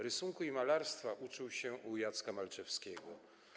Rysunku i malarstwa uczył się u Jacka Malczewskiego.